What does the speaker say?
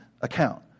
account